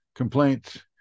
Complaints